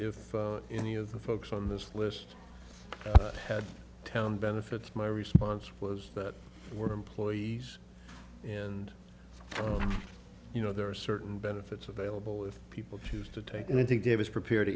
if any of the folks on this list had town benefits my response was that we were employees and you know there are certain benefits available if people choose to take and i think dave is prepared to